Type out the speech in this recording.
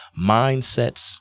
mindsets